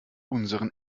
unseren